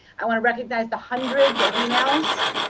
i want to recognize the hundreds of emails